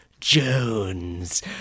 Jones